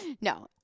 No